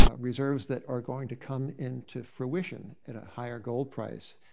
ah reserves that are going to come into fruition at a higher gold price.